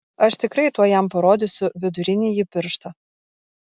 aš tikrai tuoj jam parodysiu vidurinįjį pirštą